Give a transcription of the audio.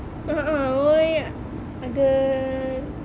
oh a'ah oh ya ada